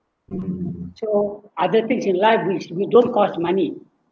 so other things in life we we don't cost money